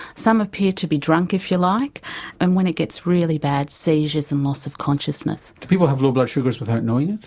some appear to be drunk if you like and when it gets really bad, seizures and loss of consciousness. do people have low blood sugars without knowing it?